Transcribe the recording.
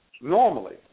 normally